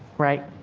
right.